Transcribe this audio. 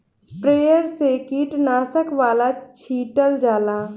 sprayer से कीटनाशक वाला छीटल जाला